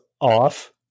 off